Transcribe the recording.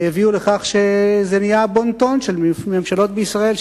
הביאו לכך שזה נהיה בון-טון של ממשלות בישראל,